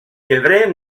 llebrer